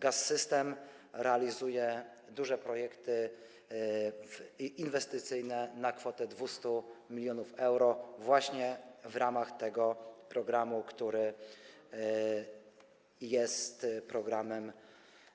Gaz-System realizuje duże projekty inwestycyjne na kwotę 200 mln euro właśnie w ramach tego programu, który jest